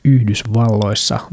Yhdysvalloissa